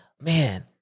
man